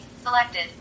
selected